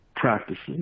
Practices